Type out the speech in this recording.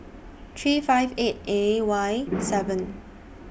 three five eight A Y seven